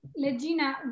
Legina